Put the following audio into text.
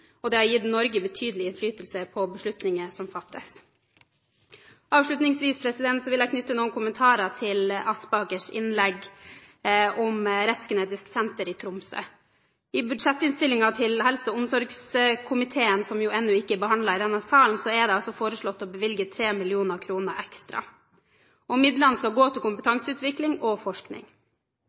og har gitt Norge betydelig innflytelse over beslutninger som fattes. Avslutningsvis vil jeg knytte noen kommentarer til Aspakers innlegg om Rettsgenetisk senter i Tromsø. I budsjettinnstillingen til helse- og omsorgskomiteen, som ennå ikke er behandlet i denne salen, er det foreslått å bevilge 3 mill. kr ekstra. Midlene skal gå til kompetanseutvikling og forskning.